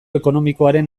ekonomikoaren